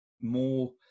more